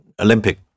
Olympic